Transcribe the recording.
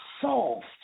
soft